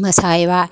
मोसोहैबाय